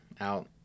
out